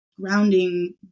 grounding